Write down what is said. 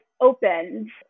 opens